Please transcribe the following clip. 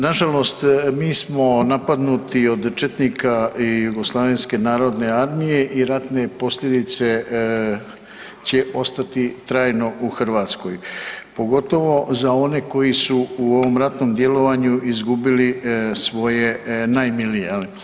Na žalost mi smo napadnuti od četnika i Jugoslavenske narodne armije i ratne posljedice će ostati trajno u Hrvatskoj pogotovo za one koji su u ovom ratnom djelovanju izgubili svoje najmilije.